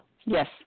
Yes